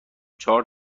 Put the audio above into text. چهار